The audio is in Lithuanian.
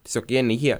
tiesiog jie ne jie